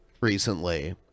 recently